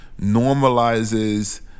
normalizes